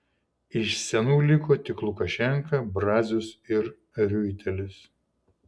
iš senų liko tik lukašenka brazius ir riuitelis